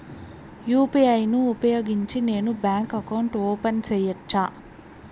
UPI ను ఉపయోగించి నేను బ్యాంకు అకౌంట్ ఓపెన్ సేయొచ్చా?